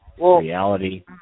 reality